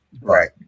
Right